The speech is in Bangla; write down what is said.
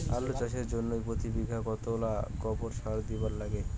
আলু চাষের জইন্যে প্রতি বিঘায় কতোলা গোবর সার দিবার লাগে?